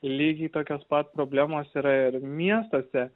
lygiai tokios pat problemos yra ir miestuose